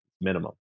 minimum